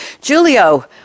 Julio